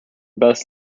best